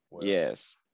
Yes